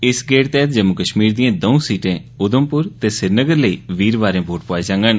इस गेड़ तैह्त जम्मू कश्मीर दिएं दऊं सीटें उघमपुर ते श्रीनगर लेई वीरवारें वोट पाए जांगन